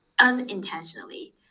unintentionally